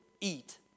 eat